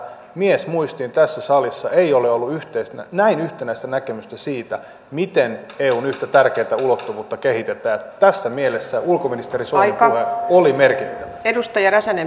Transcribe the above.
miesmuistiin tässä salissa ei ole ollut näin yhtenäistä näkemystä siitä miten eun yhtä tärkeätä ulottuvuutta kehitetään ja tässä mielessä ulkoministeri soinin puhe oli merkittävä